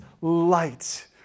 light